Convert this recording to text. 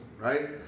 right